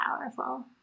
powerful